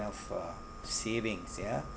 uh saving ya